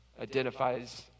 identifies